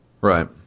Right